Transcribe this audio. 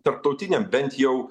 tarptautiniam bent jau